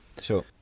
Sure